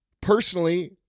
personally